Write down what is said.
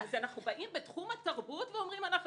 אז אנחנו בתחום התרבות ואומרים: אנחנו